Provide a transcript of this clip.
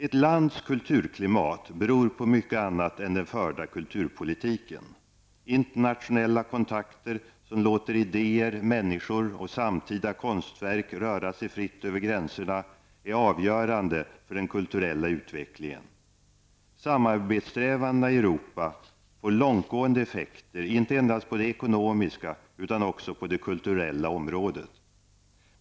Ett lands kulturklimat beror på mycket annat än den förda kulturpolitiken. Internationella kontakter som låter idéer, människor och samtida konstverk röra sig fritt över gränserna är avgörande för den kulturella utvecklingen. Samarbetsstävandena i Europa får långtgående effekter inte endast på det ekonomiska, utan också på det kulturella området.